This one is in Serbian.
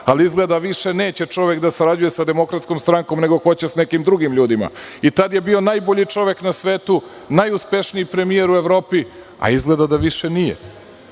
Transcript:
ali izgleda više neće čovek da sarađuje sa Demokratskom strankom, nego hoće sa nekim drugim ljudima. Tada je bio najbolji čovek na svetu, najuspešniji premijer u Evropi, a izgleda više nije.